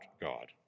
God